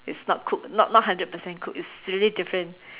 it's not cooked not not hundred percent cooked it's really different